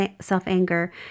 self-anger